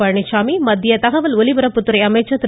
பழனிச்சாமி மத்திய தகவல் ஒலிபரப்புத்துறை அமைச்சர் திரு